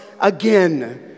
again